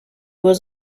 was